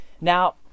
Now